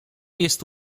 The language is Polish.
jest